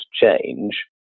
change